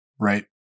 right